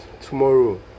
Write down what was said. tomorrow